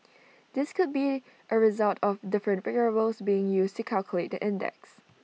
this could be A result of different variables being used to calculate the index